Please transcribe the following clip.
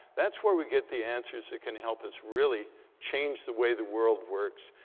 that's where we get the answers that can help us really change the way the world works,